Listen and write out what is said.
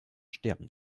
sterben